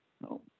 No